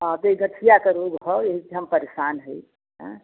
हाँ त यही गठिया क रोग हौ एही से हम परेशान हई